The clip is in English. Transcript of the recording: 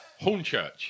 Hornchurch